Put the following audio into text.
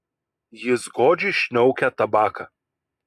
jis godžiai šniaukia tabaką